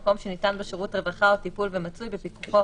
או מקום שניתן בו שירות רווחה או טיפול ומצוי בפיקוחו